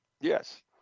Yes